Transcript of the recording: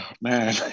man